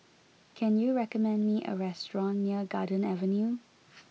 can you recommend me a restaurant near Garden Avenue